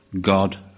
God